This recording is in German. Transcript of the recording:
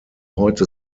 heute